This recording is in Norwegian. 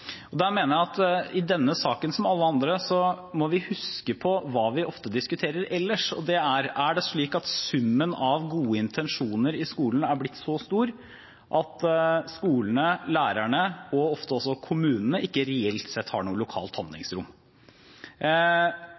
Der mener jeg at i denne saken, som i alle andre, må vi huske på hva vi ofte diskuterer ellers, og det er: Er det slik at summen av gode intensjoner i skolen er blitt så stor at skolene, lærerne og ofte også kommunene ikke reelt sett har noe lokalt handlingsrom?